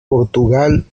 portugal